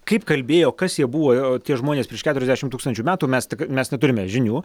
kaip kalbėjo kas jie buvo tie žmonės prieš keturiasdešim tūkstančių metų mes tik mes neturime žinių